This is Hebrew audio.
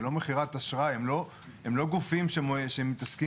ולא מכירת אשראי; הן לא גופים שמתעסקים